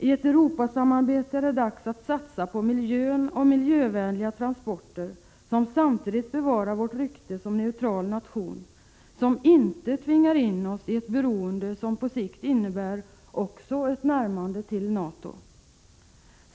I ett Europasamarbete är det dags att satsa på miljön och miljövänliga transporter som samtidigt bevarar vårt rykte som neutral nation och som inte tvingar oss ini ett beroende som på sikt innebär ett närmande till NATO.